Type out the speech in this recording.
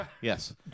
Yes